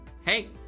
Hey